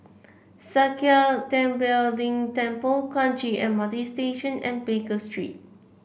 Sakya Tenphel Ling Temple Kranji M R T Station and Baker Street